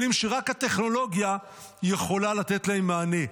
כלים שרק הטכנולוגיה יכולה לתת להם מענה.